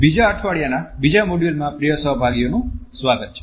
બીજા અઠવાડિયાના બીજા મોડ્યુલમાં પ્રિય સહભાગીઓનું સ્વાગત છે